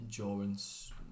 endurance